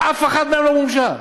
ואף אחת מהן לא מומשה,